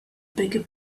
bigger